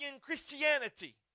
Christianity